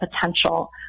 potential